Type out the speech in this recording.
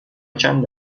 چند